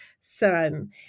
son